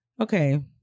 Okay